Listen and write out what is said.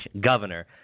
Governor